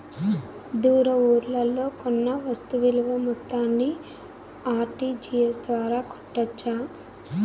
దూర ఊర్లలో కొన్న వస్తు విలువ మొత్తాన్ని ఆర్.టి.జి.ఎస్ ద్వారా కట్టొచ్చా?